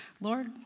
Lord